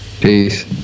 Peace